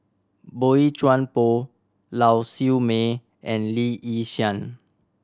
Boey Chuan Poh Lau Siew Mei and Lee Yi Shyan